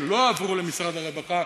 שלא עברו למשרד הרווחה,